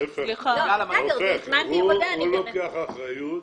להיפך, הוא לוקח אחריות